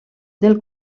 del